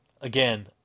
Again